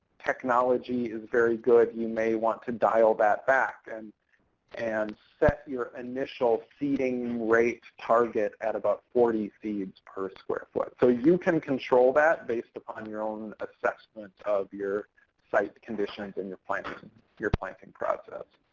technology is very good, you may want to dial that back and and set your initial seeding rate target at about forty seeds per square foot. so you can control that based upon your own assessment of your site conditions and your planting your planting process.